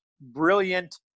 brilliant